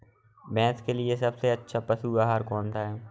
भैंस के लिए सबसे अच्छा पशु आहार कौन सा है?